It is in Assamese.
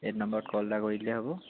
এইটো নাম্বাৰত কল এটা কৰি দিলে হ'ব